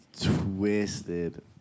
twisted